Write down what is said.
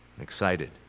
excited